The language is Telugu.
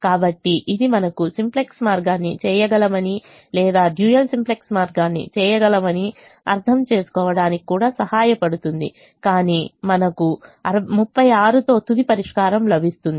కాబట్టి ఇది మనకు సింప్లెక్స్ మార్గాన్ని చేయగలమని లేదా డ్యూయల్ సింప్లెక్స్ మార్గాన్ని చేయగలమని అర్థం చేసుకోవడానికి కూడా సహాయపడుతుంది కాని మనకు 36 తో తుది పరిష్కారం లభిస్తుంది